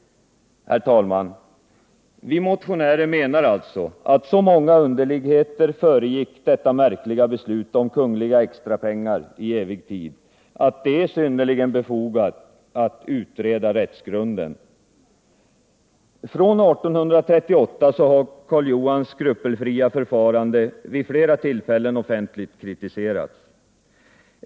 Herr talman! Vi motionärer menar alltså att så många underligheter föregick detta märkliga beslut om kungliga extrapengar i evig tid, att det är synnerligen befogat att utreda rättsgrunden. Från 1938 har Karl Johans skrupelfria förfarande vid flera tillfällen offentligt kritiserats.